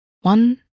One